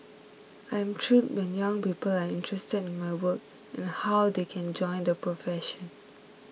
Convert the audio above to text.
I am thrilled when young people are interested in my work and how they can join the profession